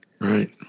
Right